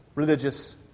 religious